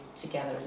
together